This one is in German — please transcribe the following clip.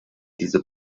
diese